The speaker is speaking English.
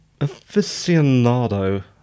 aficionado